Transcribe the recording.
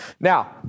Now